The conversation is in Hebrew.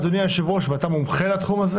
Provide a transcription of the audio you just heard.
אדוני היושב-ראש ואתה מומחה לתחום הזה